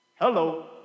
Hello